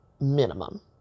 minimum